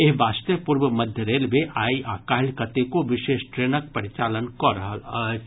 एहि वास्ते पूर्व मध्य रेलवे आइ आ काल्हि कतेको विशेष ट्रेनक परिचालन कऽ रहल अछि